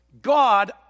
God